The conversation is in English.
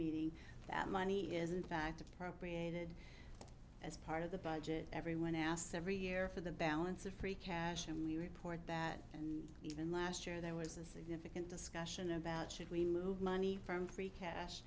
meeting that money is in fact appropriated as part of the budget everyone asks every year for the balance of free cash and we report that and even last year there was a significant discussion about should we move money from free cash